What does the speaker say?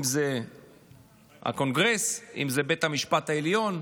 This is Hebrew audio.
אם זה הקונגרס, אם זה בית המשפט העליון.